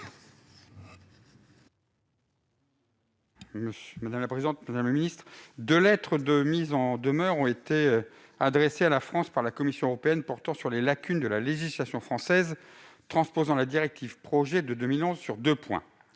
M. Jean-Pierre Corbisez. Deux lettres de mise en demeure ont été adressées à la France par la Commission européenne portant sur les lacunes de la législation française transposant la directive Projets de 2011 sur deux points